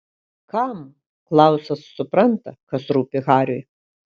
kam klausas supranta kas rūpi hariui